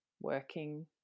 working